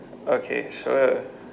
okay sure